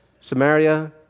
Samaria